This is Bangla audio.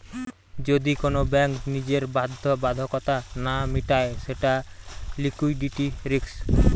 যদি কোন ব্যাঙ্ক নিজের বাধ্যবাধকতা না মিটায় সেটা লিকুইডিটি রিস্ক